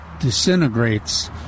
disintegrates